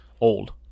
Old